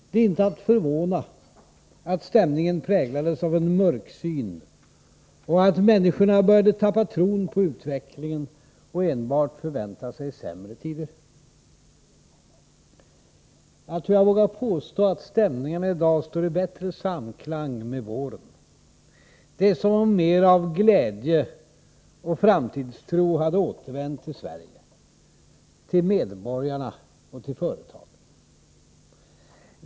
Det är inte att förvåna att stämningen präglades av en mörksyn och att människorna började tappa tron på utvecklingen och enbart förväntade sig sämre tider. Jag tror jag vågar påstå att stämningarna i dag står i bättre samklang med våren. Det är som om mer av glädje och framtidstro hade återvänt till Sverige, till medborgarna och till företagen.